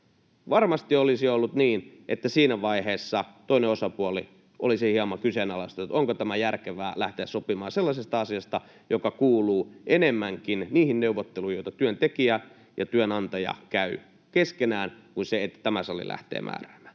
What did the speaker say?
Varmasti olisi ollut niin, että siinä vaiheessa toinen osapuoli olisi hieman kyseenalaistanut, onko järkevää lähteä sopimaan sellaisesta asiasta, joka kuuluu enemmänkin niihin neuvotteluihin, joita työntekijä ja työnantaja käyvät keskenään, kuin olisi sellainen, että tämä sali lähtee määräämään.